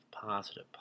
positive